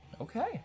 Okay